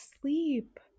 sleep